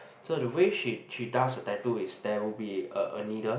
so the way she she does her tattoo is there will be a a needle